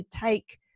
take